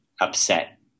upset